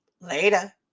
Later